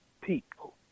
people